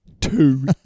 two